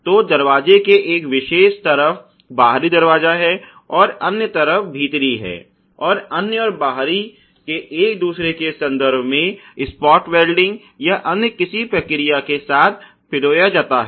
तो दरवाजे के एक विशेष तरफ बाहरी दरवाजा है और अन्य तरफ भीतरी है और अंदर और बाहरी दरवाजे के एक दूसरे के संदर्भ में स्पॉट वैल्डिंग या अन्य किसी प्रक्रिया के साथ पिरोया जाता है